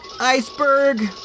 Iceberg